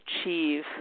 achieve